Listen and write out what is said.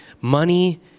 money